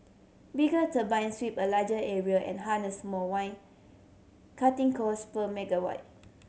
bigger turbine sweep a larger area and harness more wind cutting cost per megawatt